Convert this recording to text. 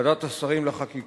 ועדת השרים לחקיקה,